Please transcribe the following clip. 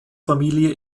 familie